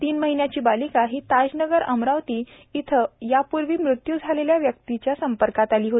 तीन महिन्याची बालिका ही ताज नगर अमरावती येथे पूर्वी मृत्यू झालेल्या व्यक्तीची नात आहे